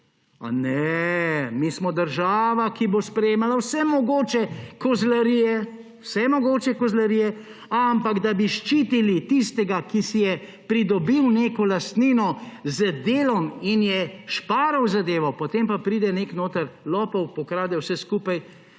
A ne, mi smo država, ki bo sprejemala vse mogoče kozlarije, vse mogoče kozlarije, ampak, da bi ščitili tistega, ki si je pridobil neko lastnino z delom in je šparal zadevo, potem pa pride noter nek lopov, pokrade vse skupaj,